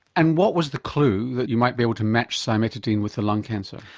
and what was the clue that you might be able to match cimetidine with the lung cancer?